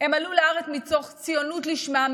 הם עלו לארץ מתוך ציונות לשמה,